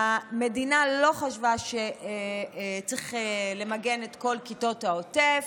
המדינה לא חשבה שצריך למגן את כל כיתות העוטף,